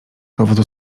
powodu